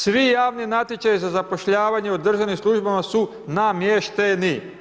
Svi javni natječaji za zapošljavanje u državnim službama su namješteni.